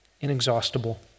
inexhaustible